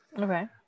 Okay